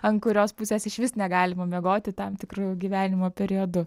ant kurios pusės išvis negalima miegoti tam tikru gyvenimo periodu